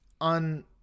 on